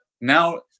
now